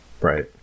Right